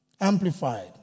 Amplified